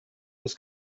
was